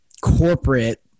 corporate